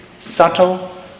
Subtle